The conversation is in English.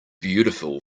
beautiful